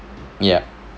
yup